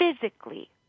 physically